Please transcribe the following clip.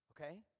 Okay